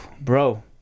bro